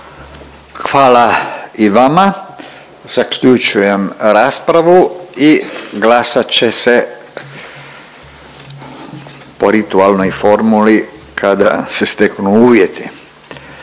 Hvala i vama. Zaključujem raspravu i glasat će se po ritualnoj formuli kada se steknu uvjeti.